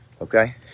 Okay